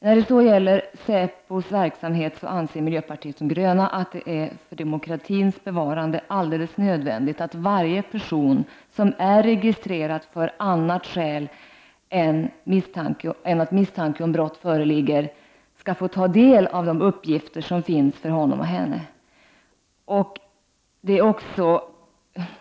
När det gäller säpo:s verksamhet anser miljöpartiet de gröna att det för demokratins bevarande är helt nödvändigt att varje person som är registrerad av annat skäl än att misstanke om brott föreligger skall få del av de uppgifter som finns om honom eller henne.